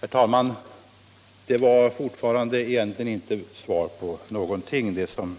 Herr talman! Det var fortfarande egentligen inte svar på någonting, det som